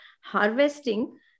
harvesting